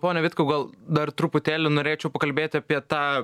pone vitkau gal dar truputėlį norėčiau pakalbėti apie tą